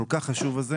הכל כך חשוב הזה